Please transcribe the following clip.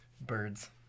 Birds